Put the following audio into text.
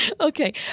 Okay